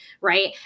right